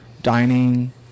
Dining